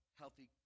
healthy